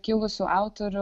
kilusių autorių